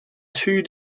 two